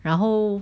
然后